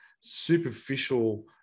superficial